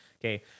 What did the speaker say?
Okay